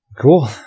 Cool